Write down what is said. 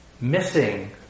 Missing